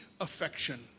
affection